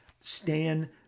Stan